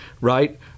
right